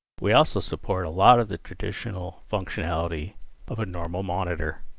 we also support a lot of the traditional functionality of a normal monitor,